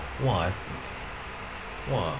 !wah! !wah!